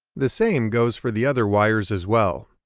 the same goes for the other wires as well.